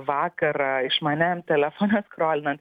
vakarą išmaniajam telefone skrolinant